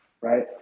right